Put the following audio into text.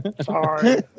Sorry